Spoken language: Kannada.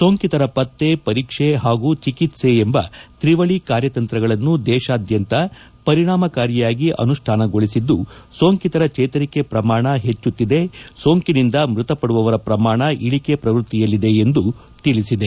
ಸೋಂಕಿತರ ಪತ್ತೆ ಪರೀಕ್ಷೆ ಹಾಗೂ ಚಿಕಿತ್ಸೆ ಎಂಬ ತ್ರಿವಳಿ ಕಾರ್ಯತಂತ್ರಗಳನ್ನು ದೇಶಾದ್ಯಂತ ಪರಿಣಾಮಕಾಯಾರಿ ಅನುಷ್ಠಾನಗೊಳಿಸಿದ್ದು ಸೋಂಕಿತರ ಚೇತರಿಕೆ ಪ್ರಮಾಣ ಹೆಚ್ಚುತ್ತಿದೆ ಸೋಂಕಿನಿಂದ ಮೃತಪಡುವವರ ಪ್ರಮಾಣ ಇಳಿಕೆ ಪ್ರವೃತ್ತಿಯಲ್ಲಿದೆ ಎಂದು ತಿಳಿಸಿದೆ